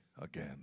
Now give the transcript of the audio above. again